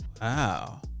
wow